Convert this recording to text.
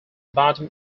bottom